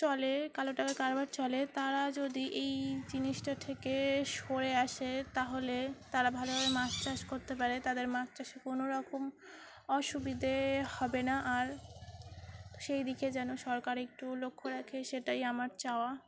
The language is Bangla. চলে কালো টাকা কারবার চলে তারা যদি এই জিনিসটা থেকে সরে আসে তাহলে তারা ভালোভাবে মাছ চাষ করতে পারে তাদের মাছ চাষে কোনো রকম অসুবিধে হবে না আর সেই দিকে যেন সরকার একটু লক্ষ্য রাখে সেটাই আমার চাওয়া